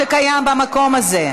שקיים במקום הזה.